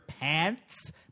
pants